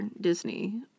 Disney